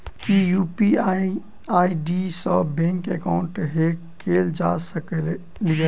की UPI ID सऽ bank account hack कैल जा सकलिये?